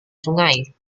sungai